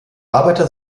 arbeiter